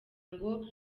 ngo